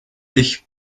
ich